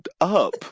up